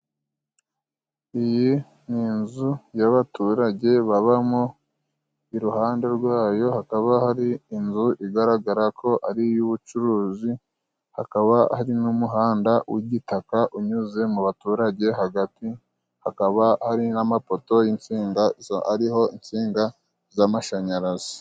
Iyi ni inzu y'abaturage babamo，iruhande rwayo hakaba hari inzu igaragara ko ari iy'ubucuruzi，hakaba hari n'umuhanda w'igitaka，unyuze mu baturage， hagati hakaba hari n'amapoto，ariho insinga z'amashanyarazi.